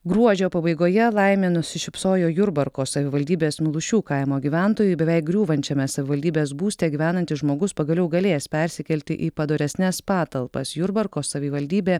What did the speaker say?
gruodžio pabaigoje laimė nusišypsojo jurbarko savivaldybės milušių kaimo gyventojui beveik griūvančiame savivaldybės būste gyvenantis žmogus pagaliau galės persikelti į padoresnes patalpas jurbarko savivaldybė